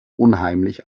unheimlich